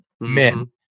men